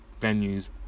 venues